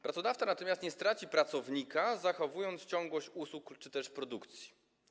Pracodawca natomiast nie straci pracownika i zachowa ciągłość usług czy też produkcji.